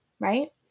right